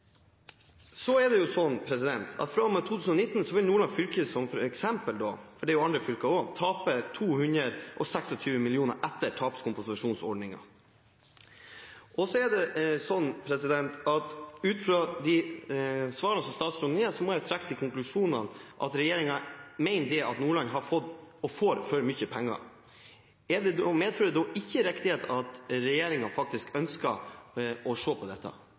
2019 vil Nordland fylke, som eksempel – for det er jo andre fylker også – tape 226 mill. kr etter tapskompensasjonsordningen. Og ut fra det svaret som statsråden har gitt, må jeg trekke den konklusjonen at regjeringen mener Nordland har fått og får for mye penger. Medfører det da ikke riktighet at regjeringen faktisk ønsker å se på dette?